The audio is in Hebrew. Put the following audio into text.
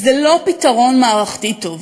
זה לא פתרון מערכתי טוב.